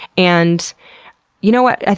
and you know what?